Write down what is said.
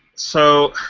so,